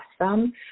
awesome